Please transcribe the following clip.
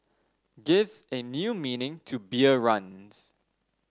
gives a new meaning to beer runs